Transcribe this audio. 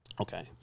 Okay